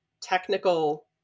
technical